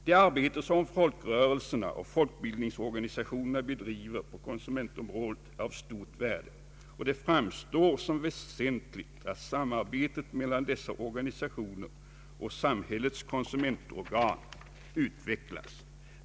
Det arbete som folkrörelserna och folkbildningsorganisationerna bedriver på konsumentområdet är av stort värde, och det framstår som väsentligt att samarbetet mellan dessa organisationer och samhällets konsumentorgan utvecklas.